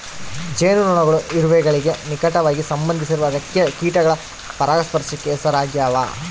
ಜೇನುನೊಣಗಳು ಇರುವೆಗಳಿಗೆ ನಿಕಟವಾಗಿ ಸಂಬಂಧಿಸಿರುವ ರೆಕ್ಕೆಯ ಕೀಟಗಳು ಪರಾಗಸ್ಪರ್ಶಕ್ಕೆ ಹೆಸರಾಗ್ಯಾವ